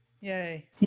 yay